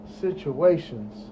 situations